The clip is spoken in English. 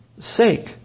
sake